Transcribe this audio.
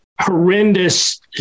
horrendous